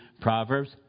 Proverbs